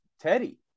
Teddy